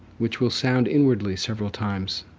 which will sound inwardly several times,